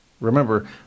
Remember